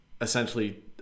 essentially